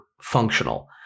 functional